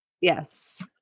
Yes